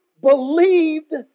believed